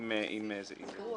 זה גרוע.